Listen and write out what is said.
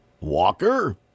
Walker